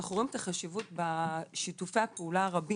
אנחנו רואים את החשיבות בשיתופי הפעולה הרבים